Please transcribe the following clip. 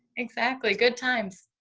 exactly, good times.